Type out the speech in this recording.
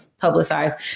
publicized